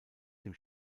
dem